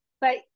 but-